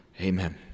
Amen